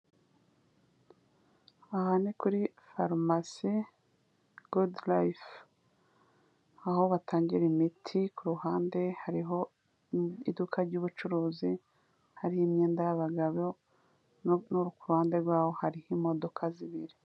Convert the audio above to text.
Aha ni kuri pharmacy GoodLife, aho batangira imiti kuruhande hariho iduka ry'ubucuruzi hari imyenda y'abagabo no kuri uryo ruhande rwaho hariho imodoka zibiri.